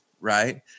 right